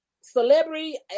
celebrity